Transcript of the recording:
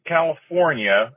California